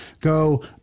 go